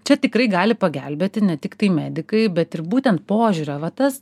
čia tikrai gali pagelbėti ne tiktai medikai bet ir būtent požiūrio va tas